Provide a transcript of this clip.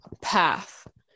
path